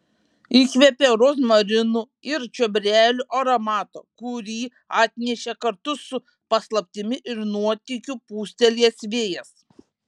įkvėpė rozmarinų ir čiobrelių aromato kurį atnešė kartu su paslaptimi ir nuotykiu pūstelėjęs vėjas